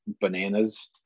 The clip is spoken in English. bananas